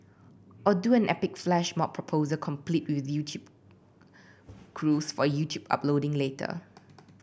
or do an epic flash mob proposal complete with crews for YouTube uploading later